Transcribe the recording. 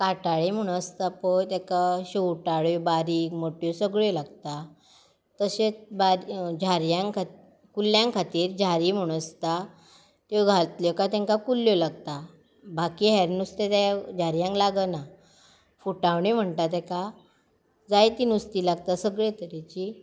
काटाळी म्हूण आसता पळय ताका शेंवटाळ्यो बारीक मोट्यो सगल्यो लागता तशेंच बारी झारयां खातीर कुल्ल्यां खातीर झारी म्हूण आसता त्यो घातल्यो काय तांकां कुल्ल्यो लागता बाकी हेर नुस्तें त्या झारयांक लागना फुटावणी म्हणटा ताका जायती नुस्तीं लागता सगले तरेचीं